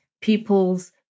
people's